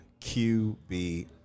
QB